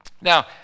Now